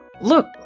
look